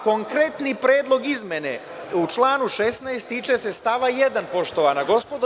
Konkretni predlog izmene u članu 16. tiče se stava 1, poštovana gospodo.